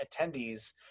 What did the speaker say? attendees